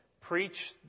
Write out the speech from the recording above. Preach